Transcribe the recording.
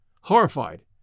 Horrified